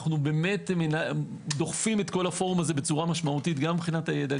אנו דוחפים את הפורום הזה משמעותית גם מבחינת הידע,